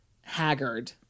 Haggard